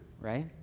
right